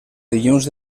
dilluns